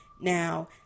Now